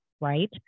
right